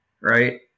Right